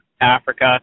Africa